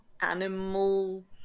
animal